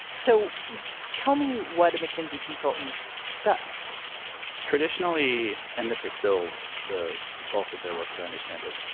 so tell me what a mckinsey consultant does traditionally and this is still the bulk of their work, as i understand it.